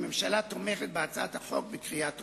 הממשלה תומכת בהצעת החוק בקריאה טרומית.